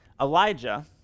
Elijah